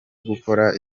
gukora